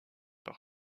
par